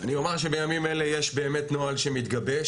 אני אומר שבימים אלה יש באמת נוהל שמתגבש.